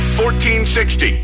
1460